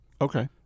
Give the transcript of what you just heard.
okay